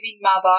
mother